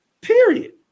period